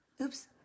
Oops